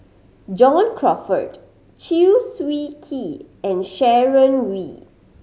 John Crawfurd Chew Swee Kee and Sharon Wee